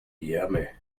yummy